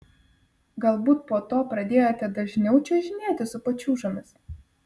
galbūt po to pradėjote dažniau čiuožinėti su pačiūžomis